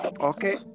okay